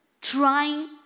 trying